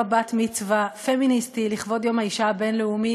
בת-מצווה פמיניסטי לכבוד יום האישה הבין-לאומי